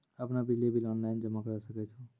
आपनौ बिजली bill online जमा करै सकै छौ?